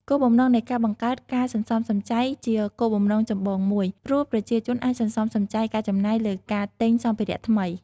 គោលបំណងនៃការបង្កើតការសន្សំសំចៃ ជាគោលបំណងចម្បងមួយ ព្រោះប្រជាជនអាចសន្សំសំចៃការចំណាយលើការទិញសម្ភារៈថ្មី។